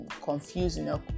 confusing